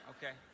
Okay